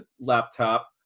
laptop